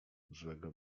złego